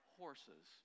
horses